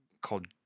called